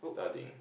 studying